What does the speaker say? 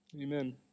amen